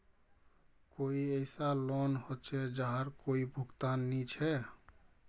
कोई ऐसा लोन होचे जहार कोई भुगतान नी छे?